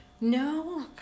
No